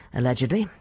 Allegedly